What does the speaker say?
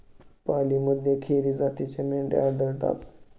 पालीमध्ये खेरी जातीच्या मेंढ्या आढळतात